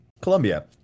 Colombia